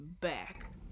back